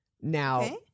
Now